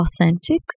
authentic